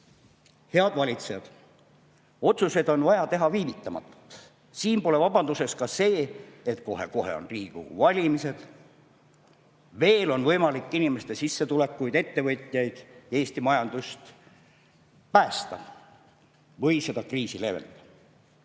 Head valitsejad! Otsuseid on vaja teha viivitamatult. Siin pole vabanduseks see, et kohe-kohe on Riigikogu valimised. Veel on võimalik inimeste sissetulekuid, ettevõtjaid ja Eesti majandust päästa või seda kriisi leevendada.